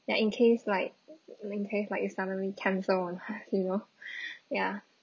ya in case like in case like it suddenly cancel lah you know ya